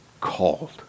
called